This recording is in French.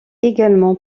également